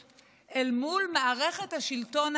אל מול מערכת השלטון הגדולה: